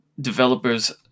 developers